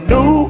New